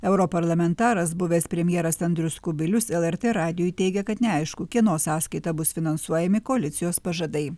europarlamentaras buvęs premjeras andrius kubilius lrt radijui teigia kad neaišku kieno sąskaita bus finansuojami koalicijos pažadai